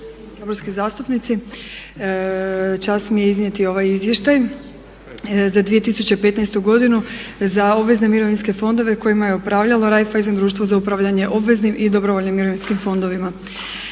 saborski zastupnici. Čast mi je iznijeti ovaj izvještaj za 2015. za obvezne mirovinske fondove kojima je upravljalo Raiffeisen društvo za upravljanje obveznim i dobrovoljnim mirovinskim fondovima.